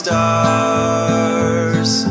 Stars